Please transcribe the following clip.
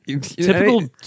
typical